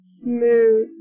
Smooth